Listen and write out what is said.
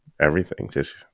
everything—just